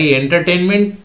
entertainment